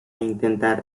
intentar